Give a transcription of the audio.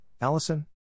Allison